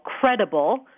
credible